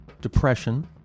depression